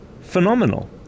phenomenal